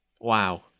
Wow